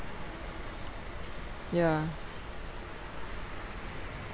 ya